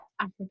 Africa